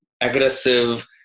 aggressive